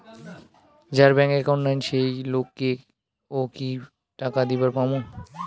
যার bank account নাই সেই লোক কে ও কি টাকা দিবার পামু?